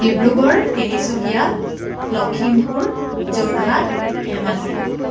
Dibrugarh Tinsukia Lakhimpur Jorhat Dhemaji